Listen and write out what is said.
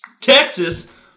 Texas